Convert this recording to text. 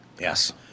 Yes